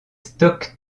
stocks